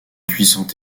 cuisant